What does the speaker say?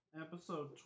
episode